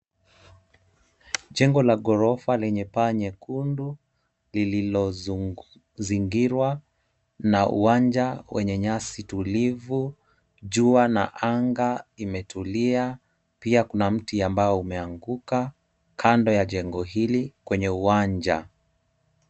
Jengo la ghorofa lenye paa nyekundu lililozingirwa na uwanja wenye nyasi tulivu. Jua na anga imetulia, pia kuna mti ambao umeanguka kando ya jengo hili kwenye uwanja.